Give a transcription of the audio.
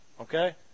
Okay